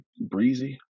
breezy